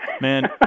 Man